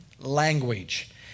language